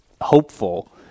hopeful